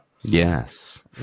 Yes